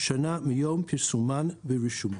שנה מיום פרסומן ברשומות.